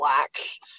relax